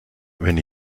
wenn